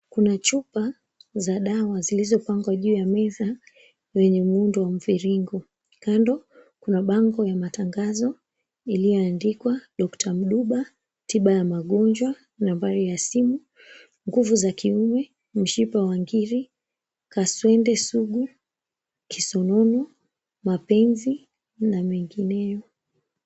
Chupa za dawa zimepangwa juu ya meza wenye muundo mviringo. Kuna bango ya matangazo iliyoandikwa, DR.MDUBA, TIBA YA MAGONJWA, nambari ya simu, nguvu za kuime, mshipa wa ngiri, kaswende sugu, kisono, mapenzi na nyengineyo.